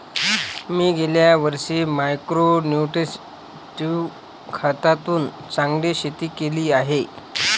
मी गेल्या वर्षी मायक्रो न्युट्रिट्रेटिव्ह खतातून चांगले शेती केली आहे